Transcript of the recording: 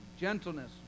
gentleness